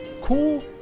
cool